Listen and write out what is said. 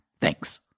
Thanks